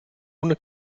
ohne